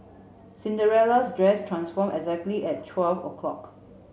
Cinderella's dress transform exactly at twelve o'clock